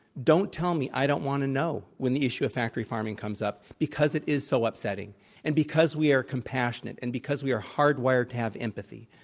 don't tell me. i don't want to know, when the issue of factory farming comes up, because it is so upsetting and because we are compassionate, and because we are hardwired to have empathy.